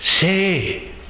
say